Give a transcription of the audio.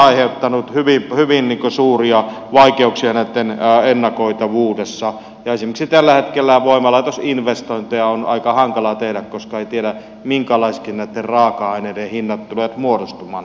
nämä ovat aiheuttaneet hyvin suuria vaikeuksia näitten ennakoitavuudessa ja esimerkiksi tällä hetkellä voimalaitosinvestointeja on aika hankalaa tehdä koska ei tiedä minkälaisiksi näitten raaka aineiden hinnat tulevat muodostumaan